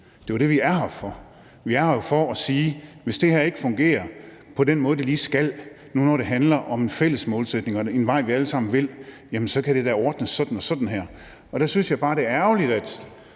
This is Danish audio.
Det er jo det, vi er her for. Vi er her for at sige, at hvis det her ikke fungerer på den måde, det lige skal, nu det handler om fælles målsætninger og en vej, vi alle sammen vil tage, kan det da ordnes sådan her og sådan her. Og der synes jeg bare, det er ærgerligt, at